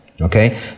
Okay